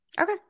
Okay